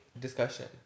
Discussion